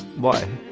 one